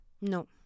No